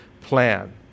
plan